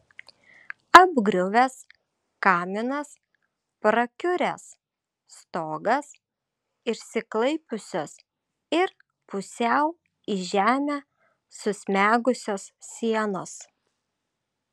apgriuvęs kaminas prakiuręs stogas išsiklaipiusios ir pusiau į žemę susmegusios sienos